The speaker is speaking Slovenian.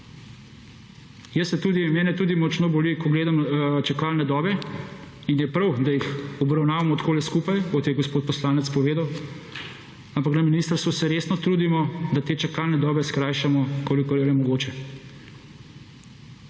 Jaz se tudi, mene tudi močno boli, ko gledam čakalne dobe. In je prav, da jih obravnavamo takole skupaj, kot je gospod poslanec povedal, ampak na ministrstvu se resno trudimo, da te čakalne dobe skrajšamo, kolikor je le mogoče.